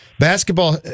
Basketball